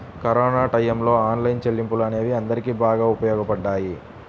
corona టైయ్యంలో online చెల్లింపులు అనేవి అందరికీ బాగా ఉపయోగపడ్డాయి